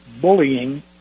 bullying